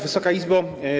Wysoka Izbo!